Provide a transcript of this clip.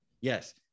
Yes